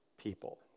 people